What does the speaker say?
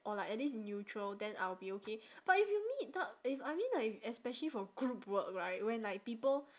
or like at least neutral then I will be okay but if you meet up if I mean like especially for group work right when like people